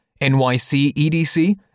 NYCEDC